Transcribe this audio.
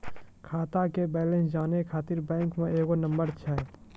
खाता के बैलेंस जानै ख़ातिर बैंक मे एगो नंबर छै?